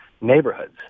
neighborhoods